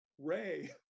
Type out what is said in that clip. Ray